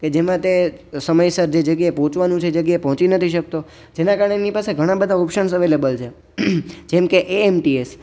કે જેમાં તે સમયસર જે જગ્યાએ પહોંચવાનું છે એ જગ્યાએ પહોંચી નથી શકતો જેના કારણે એની પાસે ઘણાં બધાં ઓપસન્સ અવેઈલેબલ છે જેમ કે એએમટીએસ